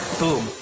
boom